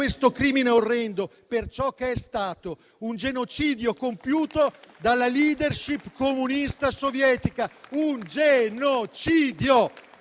crimine orrendo per ciò che è stato: un genocidio compiuto dalla *leadership* comunista sovietica. Un genocidio!